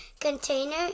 container